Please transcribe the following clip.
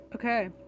Okay